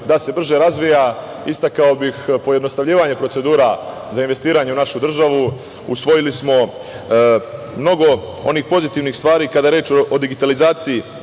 da se brže razvija. Istakao bih pojednostavljivanje procedura za investiranje u našu državu. Usvojili smo mnogo onih pozitivnih stvari kada je reč o digitalizaciji